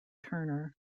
turner